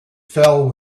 fell